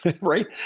Right